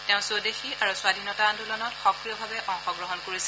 তেওঁ স্বদেশী আৰু স্বাধীনতা আন্দোলনত সক্ৰিয়ভাৱে অংশগ্ৰহণ কৰিছিল